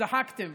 צחקתם.